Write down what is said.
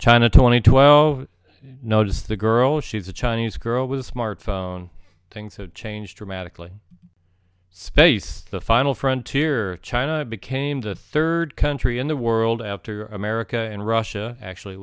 china twenty two i notice the girl she's a chinese girl with a smartphone things have changed dramatically space the final frontier china became the third country in the world after america and russia actually